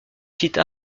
site